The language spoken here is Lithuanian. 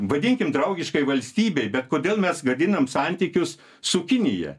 vadinkim draugiškai valstybei bet kodėl mes gadinam santykius su kinija